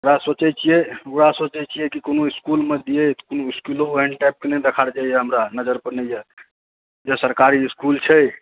ओकरा सोचै छियै कोनो इकुलमे दियै कोनो इसकुलो यहाॅं टाइपके नहि देखाइ दए हमरा नजरपर नहि अइ हमरा जे सरकारी इसकुल छै